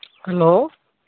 hello